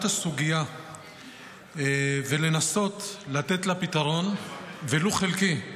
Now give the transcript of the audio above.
את הסוגיה ולנסות לתת לה פתרון ולו חלקי,